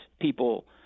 people